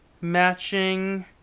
matching